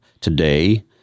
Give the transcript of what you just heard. today –